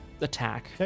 attack